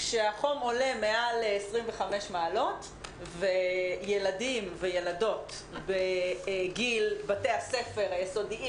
כשהחום עולה מעל 25 מעלות וילדים וילדות בגיל בתי הספר היסודיים